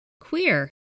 queer